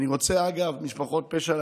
אגב משפחות פשע,